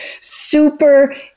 super